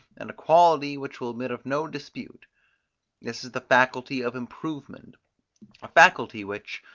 and a quality which will admit of no dispute this is the faculty of improvement a faculty which,